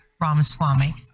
Ramaswamy